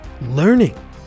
learning